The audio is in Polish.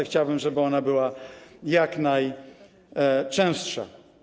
Chciałbym, żeby ona była jak najczęstsza.